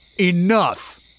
Enough